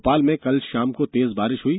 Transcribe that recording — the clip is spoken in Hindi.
भोपाल में कल शाम को तेज बारिश हुई